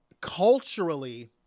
culturally